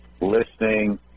listening